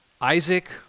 Isaac